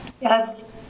Yes